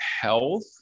health